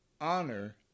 honor